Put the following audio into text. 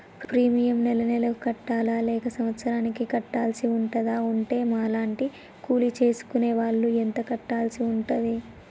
Premium నెల నెలకు కట్టాలా లేక సంవత్సరానికి కట్టాల్సి ఉంటదా? ఉంటే మా లాంటి కూలి చేసుకునే వాళ్లు ఎంత కట్టాల్సి ఉంటది?